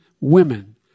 Women